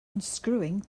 unscrewing